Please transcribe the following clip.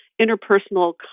interpersonal